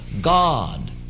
God